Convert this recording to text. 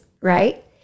right